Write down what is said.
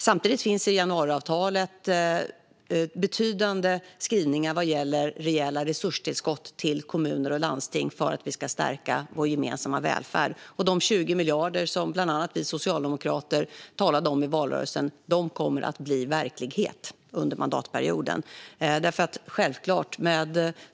I januariavtalet finns samtidigt betydande skrivningar vad gäller rejäla resurstillskott till kommuner och landsting för att stärka den gemensamma välfärden. De 20 miljarder som bland andra vi socialdemokrater talade om i valrörelsen kommer att bli verklighet under mandatperioden.